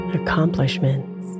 accomplishments